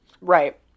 Right